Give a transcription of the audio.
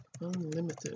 unlimited